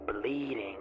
bleeding